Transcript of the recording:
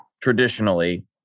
traditionally